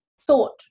thought